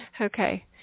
Okay